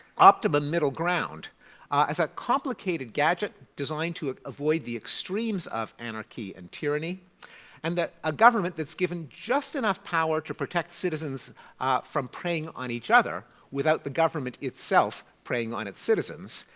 optimum middle ground as a complicated gadget designed to avoid the extremes of anarchy and tyranny and that a government that's given just enough power to protect citizens from preying on each other without the government itself preying on its' citizens.